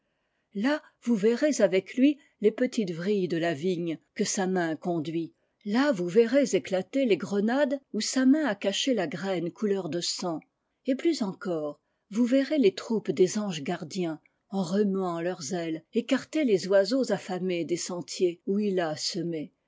là vous verrez avec lui les petites vrilles de la vigne que sa main conduit là vous verrez éclater les grenades où sa main à caché la graine couleur de sang et plus encore vous verrez les troupes des anges gardiens en remuant leurs ailes écarter les oiseaux affamés des sentiers où ii a semé